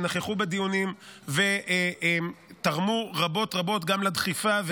שנכחו בדיונים ותרמו רבות רבות גם בדחיפה,